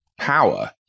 power